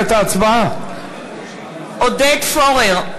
עודד פורר,